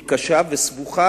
היא קשה וסבוכה,